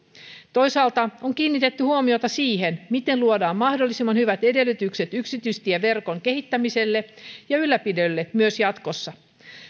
toisaalta on kiinnitetty huomiota siihen miten luodaan mahdollisimman hyvät edellytykset yksityistieverkon kehittämiselle ja ylläpidolle myös jatkossa